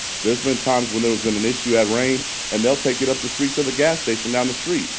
there's been times when there's been an issue at reign and they'll take it up the street to the gas station down the street.